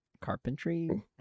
carpentry